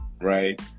right